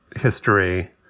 history